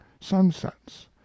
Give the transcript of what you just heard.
sunsets